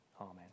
Amen